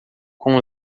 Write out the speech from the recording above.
com